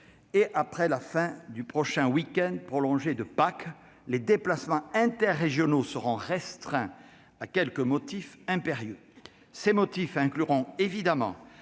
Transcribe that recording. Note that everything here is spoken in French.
et, après la fin du prochain week-end prolongé de Pâques, les déplacements interrégionaux seront restreints à quelques motifs impérieux- ces motifs incluront évidemment